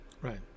Right